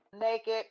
naked